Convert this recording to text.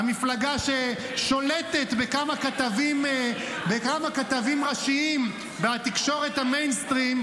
המפלגה ששולטת בכמה כתבים ראשיים בתקשורת המיינסטרים,